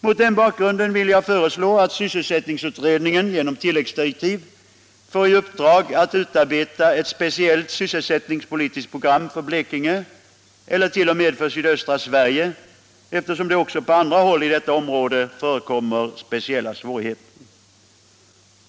Mot den bakgrunden vill jag föreslå att sysselsättningsutredningen genom tilläggsdirektiv får i uppdrag att utarbeta ett speciellt sysselsättningspolitiskt program för Blekinge eller t.o.m. för sydöstra Sverige, eftersom det också på andra håll i detta område förekommer speciella svårigheter.